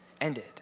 ended